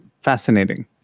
Fascinating